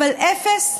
אבל אפס יישום.